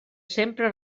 sempre